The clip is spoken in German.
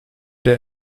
der